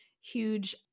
huge